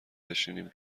بشنیم